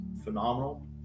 Phenomenal